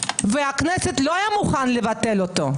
והכנסת לא הייתה מוכנה לבטלו.